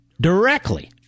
directly